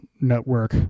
network